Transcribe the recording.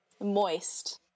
moist